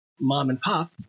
Mom-and-pop